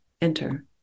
enter